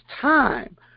time